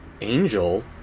Angel